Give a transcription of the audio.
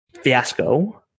fiasco